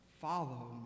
Follow